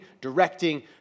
directing